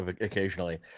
occasionally